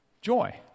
joy